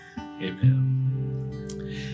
Amen